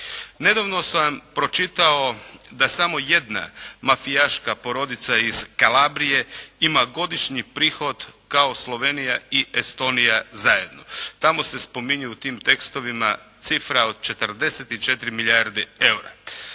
Nedavno sam pročitao da samo jedna mafijaška porodica iz Kalabrije ima godišnji prihod kao Slovenija i Estonija zajedno. Tame se spominje u tim tekstovima cifra od 44 milijardi eura.